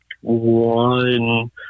one